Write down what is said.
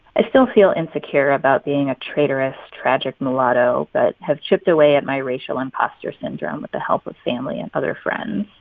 i still feel insecure about being a traitorous, tragic mulatto but have chipped away at my racial impostor syndrome with the help of family and other friends.